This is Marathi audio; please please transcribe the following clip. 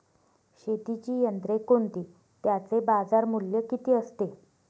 शेतीची यंत्रे कोणती? त्याचे बाजारमूल्य किती असते?